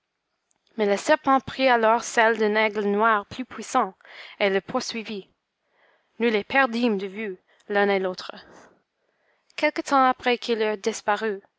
mais le serpent prit alors celle d'un aigle noir plus puissant et le poursuivit nous les perdîmes de vue l'un et l'autre quelque temps après qu'ils eurent disparu